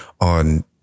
on